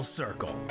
circle